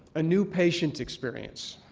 a new patient experience.